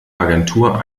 agentur